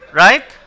right